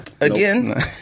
again